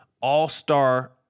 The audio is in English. all-star